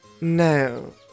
No